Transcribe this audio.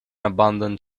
abandoned